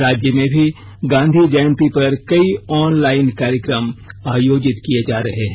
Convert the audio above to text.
राज्य में भी गांधी जयंती पर कई ऑनलाईन कार्यक्रम आयोजित किए जा रहे हैं